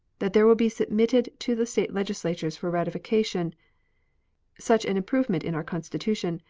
that there will be submitted to the state legislatures for ratification such an improvement in our constitution,